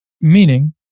meaning